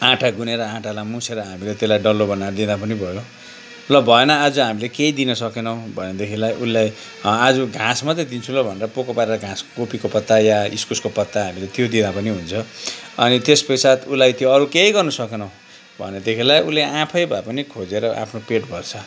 आँटा गुनेर आँटालाई मुछेर हामीले त्यसलाई डल्लो बनाएर दिँदा पनि भयो ल भएन आज हामीले केही दिन सकेनौँ भनेदेखिलाई उसलाई आज घाँस मात्रै दिन्छु ल भनेर पोको पारेर घाँस कोपीको पत्ता या इस्कुसको पत्ता हामीले त्यो दिँदा पनि हुन्छ अनि त्यस पश्चात उसलाई त्यो अरू केही गर्नु सकेनौँ भनेदेखिलाई उसले आफै भएपनि खोजेर आफ्नो पेट भर्छ